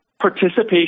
participation